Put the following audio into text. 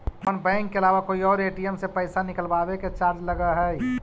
अपन बैंक के अलावा कोई और ए.टी.एम से पइसा निकलवावे के चार्ज लगऽ हइ